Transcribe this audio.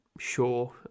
sure